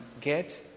get